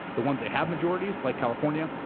the ones they have majorities, like california.